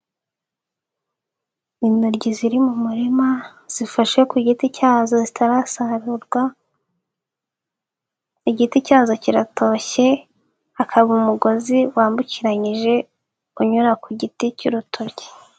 Intoryi ziri mu murima zifashe ku giti cyaho zitarasarurwa, igiti cyazo kiratoshye, hakaba umugozi wambukiranyije uyura ku giti cy'urutoryi.